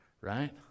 right